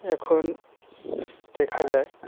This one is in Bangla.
এখন দেখা যায়